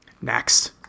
Next